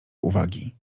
uwagi